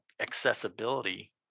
accessibility